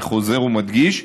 אני חוזר ומדגיש,